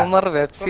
um little bit